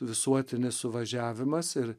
visuotinis suvažiavimas ir